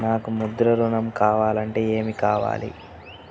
నాకు ముద్ర ఋణం కావాలంటే ఏమి కావాలి?